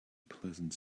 pleasant